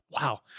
Wow